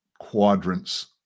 quadrants